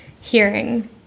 hearing